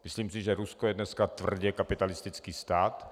Myslím si, že Rusko je dneska tvrdě kapitalistický stát.